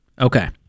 Okay